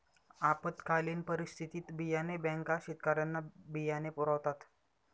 आपत्कालीन परिस्थितीत बियाणे बँका शेतकऱ्यांना बियाणे पुरवतात